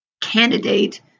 candidate